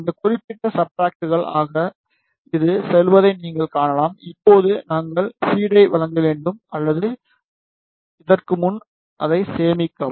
இந்த குறிப்பிட்ட சப்ஸ்ட்ராட்க்குள் இது செல்வதை நீங்கள் காணலாம் இப்போது நாங்கள் ஃபீடை வழங்க வேண்டும் அல்லது இதற்கு முன் அதை சேமிக்கவும்